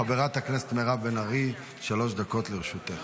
חברת הכנסת מירב בן ארי, שלוש דקות לרשותך.